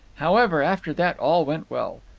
however, after that, all went well.